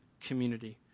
community